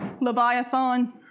Leviathan